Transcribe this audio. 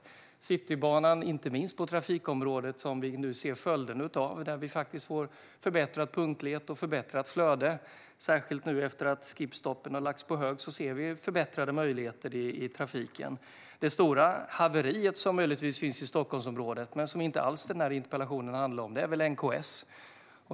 På trafikområdet gäller det inte minst Citybanan, som vi nu ser följderna av: Vi får förbättrad punktlighet och förbättrat flöde. Särskilt nu efter att skip stop-tågen har lagts ned ser vi förbättrade möjligheter i trafiken. Det stora haveri som möjligtvis finns i Stockholmsområdet - som denna interpellation dock inte alls handlar om - är väl NKS.